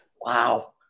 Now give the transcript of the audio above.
Wow